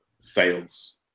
sales